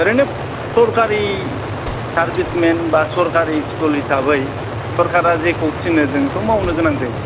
ओरैनो सरकारि सार्भिसमेन बा सरकारि स्कुल हिसाबै सरकारा जेखौ थिनो जोंथ' मावनो गोनां जायो